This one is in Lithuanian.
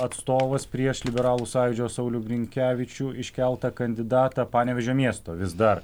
atstovas prieš liberalų sąjūdžio saulių grinkevičių iškeltą kandidatą panevėžio miesto vis dar